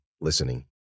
listening